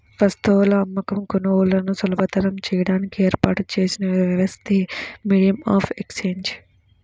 వస్తువుల అమ్మకం, కొనుగోలులను సులభతరం చేయడానికి ఏర్పాటు చేసిన వ్యవస్థే మీడియం ఆఫ్ ఎక్సేంజ్